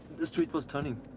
the street was turning.